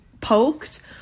poked